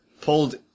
pulled